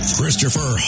Christopher